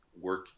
work